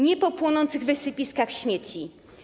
Nie po płonących wysypiskach śmieci.